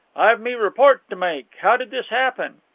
i've me report to make. how did this happen?